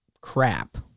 crap